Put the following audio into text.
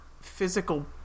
physical